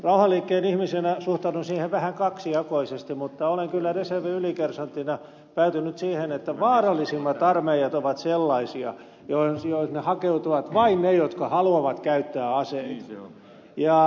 rauhanliikkeen ihmisenä suhtaudun siihen vähän kaksijakoisesti mutta olen kyllä reservin ylikersanttina päätynyt siihen että vaarallisimmat armeijat ovat sellaisia joihin hakeutuvat vain ne jotka haluavat käyttää aseita